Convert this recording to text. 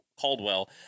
Caldwell